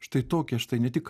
štai tokia štai ne tik